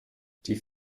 die